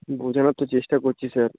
বোঝানোর তো চেষ্টা করছি স্যার